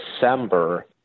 December